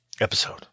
Episode